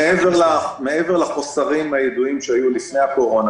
מעבר לחסרים הידועים שהיו עוד לפני הקורונה,